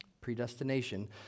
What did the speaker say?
Predestination